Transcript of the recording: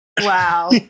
Wow